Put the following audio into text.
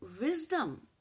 wisdom